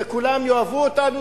וכולם יאהבו אותנו,